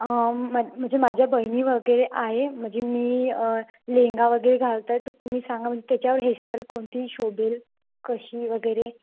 मग म्हणजे माझ्या बहिणी वगैरे आहेत म्हणजे मी लेहंगा वगैरे घालत आहे तर तुम्ही सांगा त्याच्यावर हेअस्टाईल कोणती शोभेल कशी वगैरे